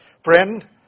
Friend